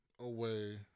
away